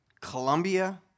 Colombia